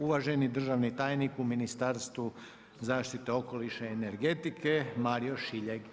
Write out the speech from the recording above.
Uvaženi državni tajnik u Ministarstvu zaštite okoliša i energetike Mario Šiljeg.